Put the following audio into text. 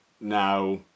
now